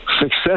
success